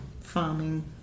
farming